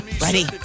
Ready